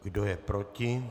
Kdo je proti?